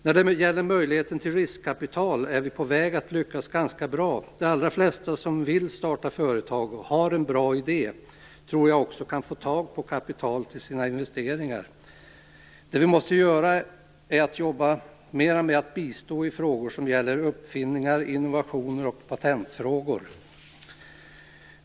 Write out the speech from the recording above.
När det gäller möjligheten att få tag på riskkapital är vi på väg att lyckas ganska bra. De allra flesta som vill starta företag och har en bra idé kan nog också få tag på kapital till sina investeringar, men vi måste jobba mera med att bistå i frågor som gäller uppfinningar, innovationer och patent.